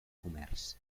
comerç